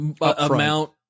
amount